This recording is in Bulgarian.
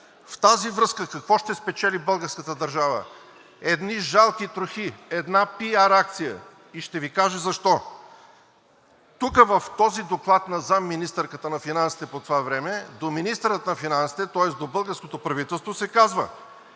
В тази връзка, какво ще спечели българската държава – едни жалки трохи, една PR акция. И ще Ви кажа защо – тук в този доклад на заместник-министърката на финансите по това време до министъра на финансите, тоест до българското правителство, се казва,